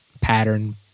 pattern